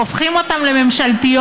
הופכים אותן לממשלתיות,